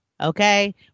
okay